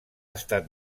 estat